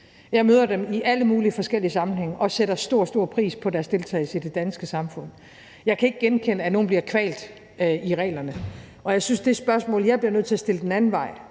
Jeg møder dem i alle mulige forskellige sammenhænge og sætter stor, stor pris på deres deltagelse i det danske samfund. Jeg kan ikke genkende, at nogen bliver kvalt i reglerne. Og jeg synes, at det spørgsmål, jeg bliver nødt til at stille den anden vej,